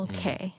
Okay